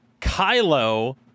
Kylo